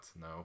No